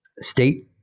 state